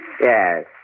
Yes